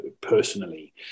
personally